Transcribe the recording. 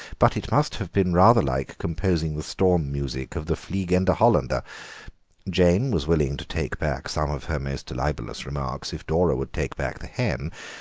but it must have been rather like composing the storm music of the fliegende hollander jane was willing to take back some of her most libellous remarks if dora would take back the hen,